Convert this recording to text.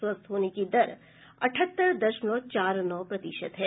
स्वस्थ होने की दर अठहत्तर दशमलव चार नौ प्रतिशत है